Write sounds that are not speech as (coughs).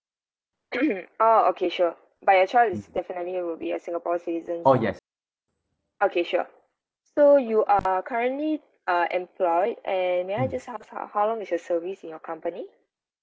(coughs) oh okay sure but your child is definitely will be a singapore citizen ah okay sure so you are currently uh employed and may I just ask ah how long is your service in your company